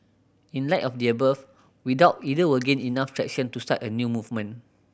in light of the above we doubt either will gain enough traction to start a new movement